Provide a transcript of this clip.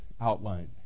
outline